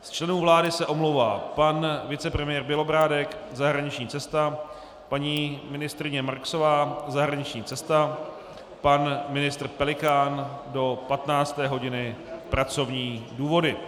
Z členů se omlouvá pan vicepremiér Bělobrádek zahraniční cesta, paní ministryně Marksová zahraniční cesta, pan ministr Pelikán do 15. hodiny pracovní důvody.